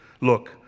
look